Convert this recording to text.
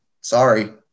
sorry